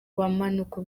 bumanuko